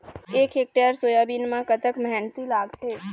एक hectare soybean म कतक मेहनती लागथे?